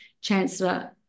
Chancellor